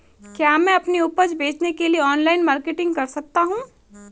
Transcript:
क्या मैं अपनी उपज बेचने के लिए ऑनलाइन मार्केटिंग कर सकता हूँ?